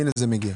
והנה זה מגיע.